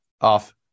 off